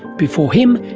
before him,